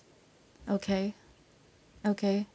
okay okay